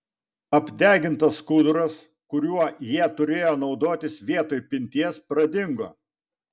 apdegintas skuduras kuriuo jie turėjo naudotis vietoj pinties pradingo